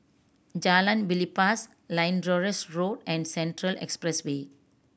Jalan Belibas Lyndhurst Road and Central Expressway